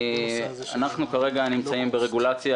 אנחנו כרגע נמצאים ברגולציה